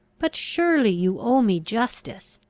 but surely you owe me justice?